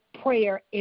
prayer